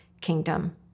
kingdom